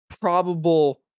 probable